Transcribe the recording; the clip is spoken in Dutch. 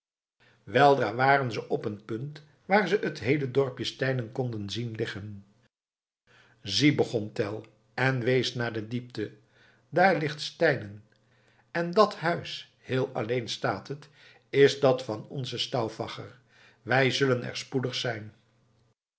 weldra waren ze op een punt waar ze het heele dorpje steinen konden zien liggen zie begon tell en wees naar de diepte daar ligt steinen en dat huis heel alleen staat het is dat van onzen stauffacher wij zullen er spoedig zijn